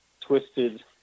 twisted